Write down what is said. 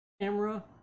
camera